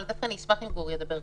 אבל אני דווקא אשמח אם גור ידבר קודם.